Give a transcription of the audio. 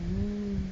mm